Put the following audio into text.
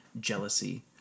jealousy